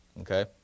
Okay